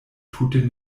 tute